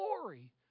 glory